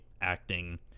acting